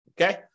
okay